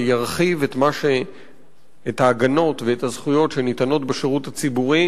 שירחיב את ההגנות ואת הזכויות שניתנות בשירות הציבורי